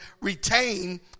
retain